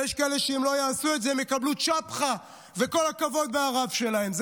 ויש כאלה שאם לא יעשו את זה הם יקלו צ'פחה וכל הכבוד מהרב שלהם.